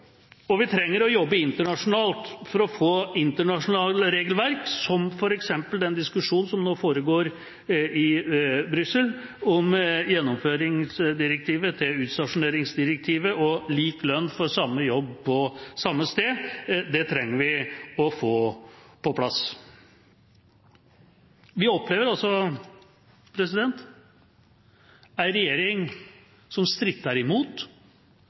og vi trenger å jobbe internasjonalt for å få internasjonale regelverk på plass, se f.eks. den diskusjonen som nå foregår i Brussel om gjennomføringsdirektivet, utstasjoneringsdirektivet og lik lønn for samme jobb på samme sted.